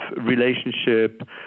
relationship